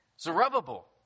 Zerubbabel